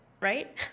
right